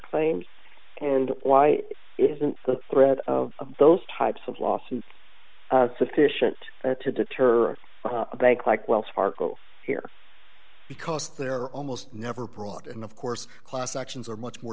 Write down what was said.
claims and why isn't the threat of those types of lawsuits sufficient to deter a bank like wells fargo here because they're almost never brought in of course class actions are much more